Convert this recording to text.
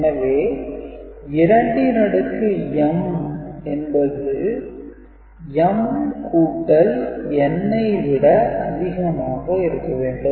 எனவே 2 ன் அடுக்கு m என்பது m கூட்டல் n ஐ விட அதிகமாக இருக்க வேண்டும்